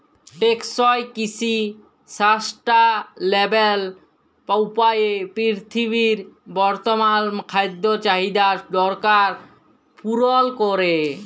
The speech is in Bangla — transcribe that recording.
টেকসই কিসি সাসট্যালেবেল উপায়ে পিরথিবীর বর্তমাল খাদ্য চাহিদার দরকার পুরল ক্যরে